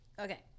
okay